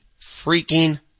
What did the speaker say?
freaking